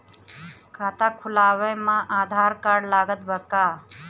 खाता खुलावे म आधार कार्ड लागत बा का?